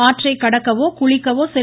ஆற்றைக் கடக்கவோ குளிக்கவோ செல்